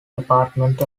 apartment